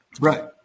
Right